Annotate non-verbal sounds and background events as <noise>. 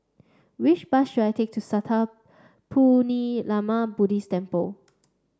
which bus should I take to Sattha <unintelligible> Buddhist Temple